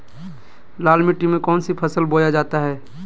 लाल मिट्टी में कौन सी फसल बोया जाता हैं?